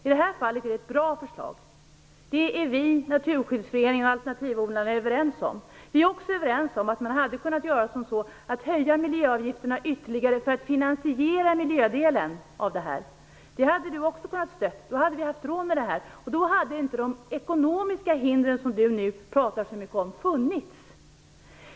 I det här fallet är det ett bra förslag. Det är vi, Naturskyddsföreningen och Alternativodlarna överens om. Vi är också överens om att man hade kunnat höja miljöavgifterna ytterligare för att finansiera miljödelen. Det hade Maggi Mikaelsson också kunnat stödja. Vi hade haft råd med det, och då hade inte ekonomiska hinder som Maggi Miakelsson nu talar om funnits.